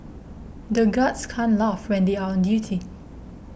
the guards can't laugh when they are on duty